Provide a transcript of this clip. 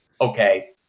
Okay